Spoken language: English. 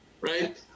right